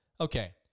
Okay